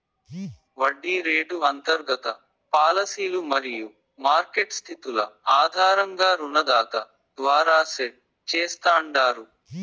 వడ్డీ రేటు అంతర్గత పాలసీలు మరియు మార్కెట్ స్థితుల ఆధారంగా రుణదాత ద్వారా సెట్ చేస్తాండారు